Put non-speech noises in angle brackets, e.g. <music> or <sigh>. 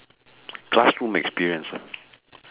classroom experience <noise>